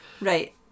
Right